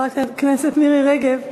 כבוד היושב-ראש,